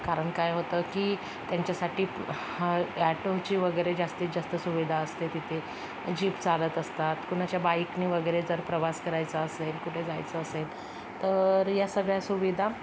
कारण काय होतं की त्यांच्यासाठी ह ॲटोची वगैरे जास्तीत जास्त सुविधा असते तिथे जीप चालत असतात कुणाच्या बाईकने वगैरे जर प्रवास करायचा असेल कुठे जायचं असेल तर या सगळ्या सुविधा